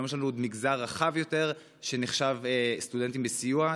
היום יש לנו עוד מגזר רחב יותר שנחשב סטודנטים זכאים לסיוע.